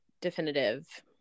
definitive